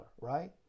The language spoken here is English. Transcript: right